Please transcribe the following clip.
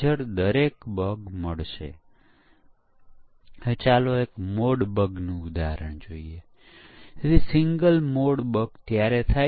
શું આપણે સમકક્ષ પરીક્ષણો 100 કલાક અને પછી શરતની તપાસ 5 કલાક કરી શકીએ